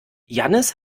jannis